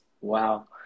Wow